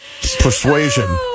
persuasion